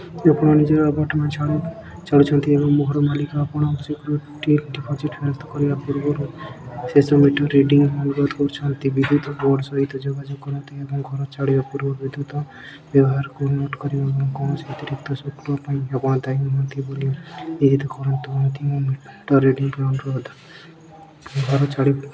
ଆପଣ ନିଜ ଆପାର୍ଟ୍ମେଣ୍ଟ୍ ଛାଡ଼ୁଛନ୍ତି ଏବଂ ଘରମାଲିକ ଆପଣଙ୍କ ସିକ୍ୟୁରିଟି ଡିପୋଜିଟ୍ ଫେରସ୍ତ କରିବା ପୂର୍ବରୁ ଶେଷ ମିଟର୍ ରିଡିଂ ପାଇଁ ଅନୁରୋଧ କରିଛନ୍ତି ବିଦ୍ୟୁତ୍ ବୋର୍ଡ୍ ସହିତ ଯୋଗାଯୋଗ କରନ୍ତୁ ଏବଂ ଘର ଛାଡ଼ିବା ପୂର୍ବରୁ ବିଦ୍ୟୁତ୍ ବ୍ୟବହାରକୁ ନୋଟ୍ କରିବାକୁ ଏବଂ କୌଣସି ଅତିରିକ୍ତ ଶୁଳ୍କ ପାଇଁ ଆପଣ ଦାୟୀ ନୁହଁନ୍ତି ବୋଲି ନିଶ୍ଚିତ କରିବାକୁ ଏକ ଅନ୍ତିମ ମିଟର୍ ରିଡିଂ ପାଇଁ ଅନୁରୋଧ କରନ୍ତୁ ଘର ଛାଡ଼ି